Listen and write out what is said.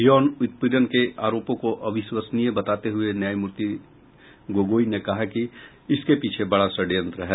यौन उत्पीड़न के आरोपों को अविश्वसनीय बताते हुए न्यायमूर्ति गोगोई ने कहा कि इसके पीछे बड़ा षड्यंत्र है